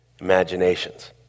imaginations